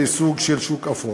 לסוג של שוק אפור.